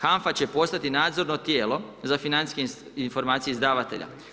HANFA će postati nadzorno tijelo za financijske informacije izdavatelja.